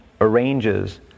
arranges